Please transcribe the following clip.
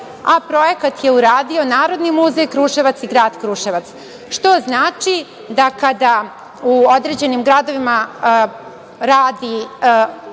a projekat je uradio Narodni muzej Kruševac i grad Kruševac. Što znači, da kada u određenim gradovima radi